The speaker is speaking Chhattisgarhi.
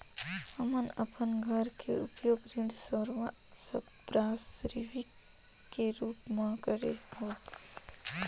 हमन अपन घर के उपयोग ऋण संपार्श्विक के रूप म करे हों